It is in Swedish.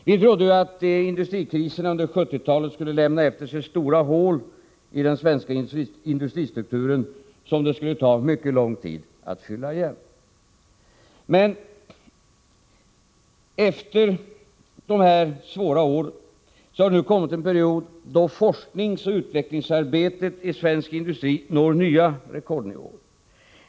Vi trodde ju att industrikriserna under 1970-talet skulle lämna efter sig stora hål i den svenska industristrukturen, som det skulle ta mycket lång tid att fylla igen. Men efter de här svåra åren har det nu kommit en period då forskningsoch utvecklingsarbetet i svensk industri når nya rekordnivåer.